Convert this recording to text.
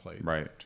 Right